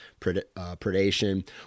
predation